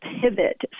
pivot